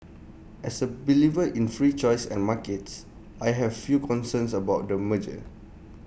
as A believer in free choice and markets I have few concerns about the merger